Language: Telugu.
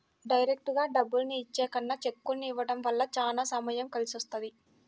డైరెక్టుగా డబ్బుల్ని ఇచ్చే కన్నా చెక్కుల్ని ఇవ్వడం వల్ల చానా సమయం కలిసొస్తది